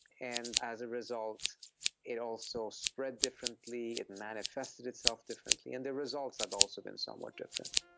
and as a result it also spread differently, it manifested itself differently, and the results have also been somewhat different.